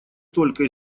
только